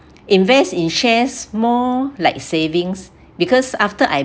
invest in shares more like savings because after I